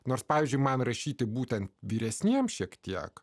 nors pavyzdžiui man rašyti būtent vyresniems šiek tiek